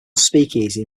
speakeasy